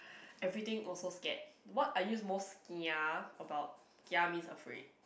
everything also scared what are you most kia about kia means afraid